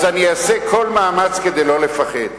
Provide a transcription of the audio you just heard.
אני אעשה כל מאמץ כדי לא לפחד.